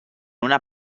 una